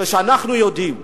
אנחנו יודעים,